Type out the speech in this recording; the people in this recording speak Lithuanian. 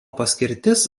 paskirtis